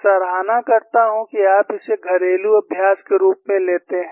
मैं सराहना करता हूं कि आप इसे घरेलू अभ्यास के रूप में लेते हैं